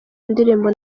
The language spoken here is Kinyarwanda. ndirimbo